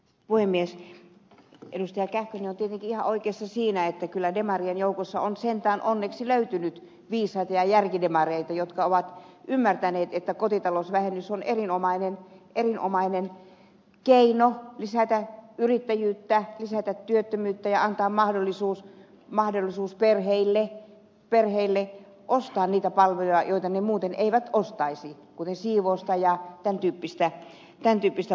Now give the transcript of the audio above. kähkönen on tietenkin ihan oikeassa siinä että kyllä demarien joukossa on sentään onneksi löytynyt viisaita ja järkidemareita jotka ovat ymmärtäneet että kotitalousvähennys on erinomainen keino lisätä yrittäjyyttä lisätä työtä ja antaa mahdollisuus perheille ostaa niitä palveluja joita ne muuten eivät ostaisi kuten siivousta ja tämän tyyppistä palvelua